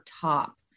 top